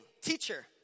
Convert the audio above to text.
teacher